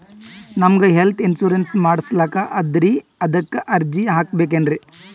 ನಮಗ health insurance ಮಾಡಸ್ಲಾಕ ಅದರಿ ಅದಕ್ಕ ಅರ್ಜಿ ಹಾಕಬಕೇನ್ರಿ?